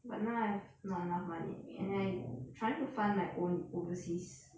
but now I have not enough money and then I trying to fund my own overseas